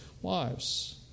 wives